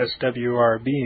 SWRB